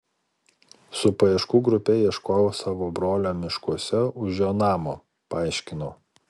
su paieškų grupe ieškojau savo brolio miškuose už jo namo paaiškinau